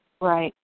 Right